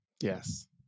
Yes